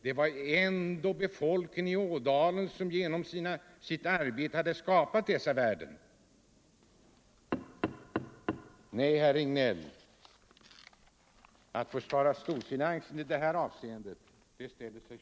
Det var ändå befolkningen där som genom sitt arbete hade skapat dessa värden! Nej, herr Regnéll, att försvara storfinansen i detta avseende ställer sig synnerligen svårt.